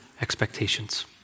expectations